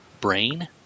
brain